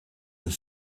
een